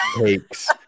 Takes